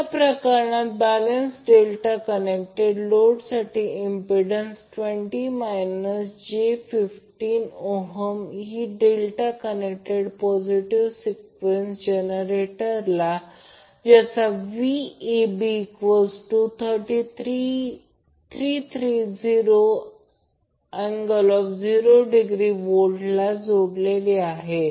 अशा प्रकरणात balance delta connected लोडसाठी इम्पिडंन्स ही डेल्टा कनेक्टेड पॉझिटिव्ह सिक्वेन्स जनरेटरला ज्याच्या Vab330∠0° V ला जोडलेली आहे